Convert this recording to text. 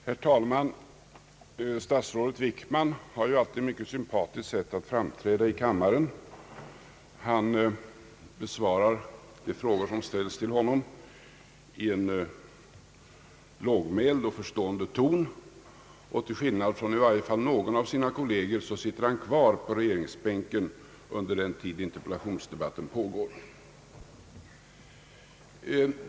Herr talman! Statsrådet Wickman har ju alltid ett mycket sympatiskt sätt att framträda i kammaren. Han besvarar de frågor som ställs till honom i en lågmäld och förstående ton, och till skillnad från i varje fall någon av sina kolleger sitter han kvar i regeringsbänken under den tid interpellationsdebatten pågår.